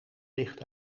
licht